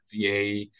VA